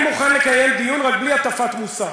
רק בלי הטפת מוסר.